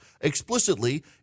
explicitly